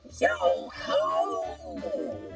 Yo-ho